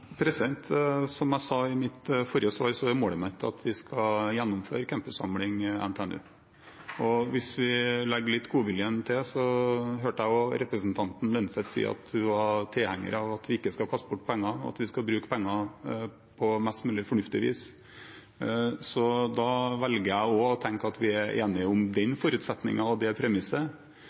Som jeg sa i mitt forrige svar, er målet mitt at vi skal gjennomføre campussamling NTNU. Hvis vi legger litt godvilje til, hørte jeg også representanten Lønseth si at hun var tilhenger av at vi ikke skal kaste bort penger, at vi skal bruke penger på mest mulig fornuftig vis. Da velger jeg å tenke at vi er enige om den forutsetningen og det premisset.